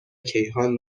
کیهان